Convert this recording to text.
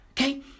Okay